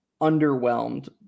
underwhelmed